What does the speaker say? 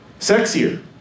sexier